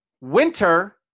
Winter